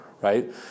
right